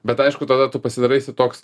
bet aišku tada tu pasidaraisi toks